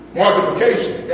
multiplication